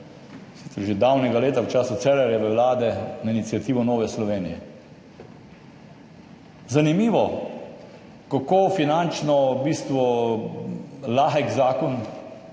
sicer že davnega leta v času Cerarjeve Vlade, na iniciativo Nove Slovenije. Zanimivo, kako finančno v bistvu lahek zakon,